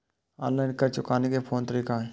Online कर्ज चुकाने के कोन तरीका छै?